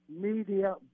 media